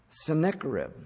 Sennacherib